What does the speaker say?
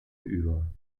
über